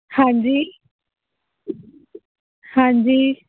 ਹਾਂਜੀ ਹਾਂਜੀ